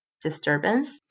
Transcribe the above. Disturbance